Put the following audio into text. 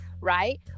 right